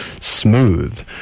Smooth